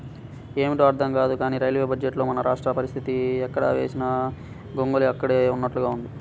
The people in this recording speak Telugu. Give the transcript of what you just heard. ఏమిటో అర్థం కాదు కానీ రైల్వే బడ్జెట్లో మన రాష్ట్ర పరిస్తితి ఎక్కడ వేసిన గొంగళి అక్కడే ఉన్నట్లుగా ఉంది